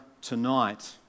tonight